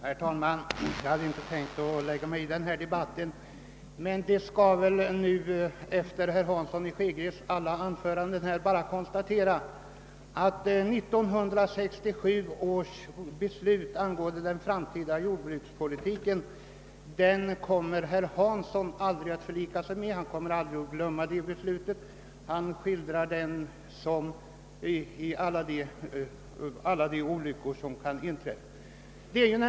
Herr talman! Jag hade inte tänkt lägga mig i den här debatten, men jag vill efter herr Hanssons i Skegrie alla anföranden konstatera, att han aldrig kommer att förlika sig med 1967 års beslut angående den framtida jordbrukspolitiken och att han aldrig kommer att glömma beslutet, utan kommer att fortsätta att skildra alla de olyckor som skall inträffa.